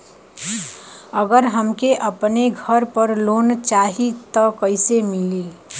अगर हमके अपने घर पर लोंन चाहीत कईसे मिली?